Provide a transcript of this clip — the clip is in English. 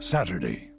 Saturday